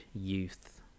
youth